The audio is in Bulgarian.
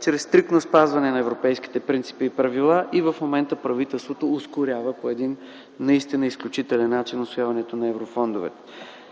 чрез стриктно спазване на европейските принципи и правила. И в момента правителството по един наистина изключителен начин ускорява усвояването на европейските